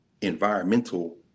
environmental